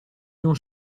non